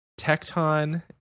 Tecton